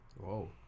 Whoa